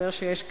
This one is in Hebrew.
מסתבר שיש כאלה.